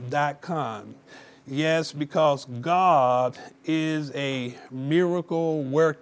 dot com yes because god is a miracle w